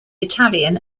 italian